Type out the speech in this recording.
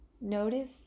Notice